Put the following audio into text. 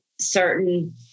certain